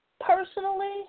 personally